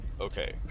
Okay